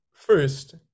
first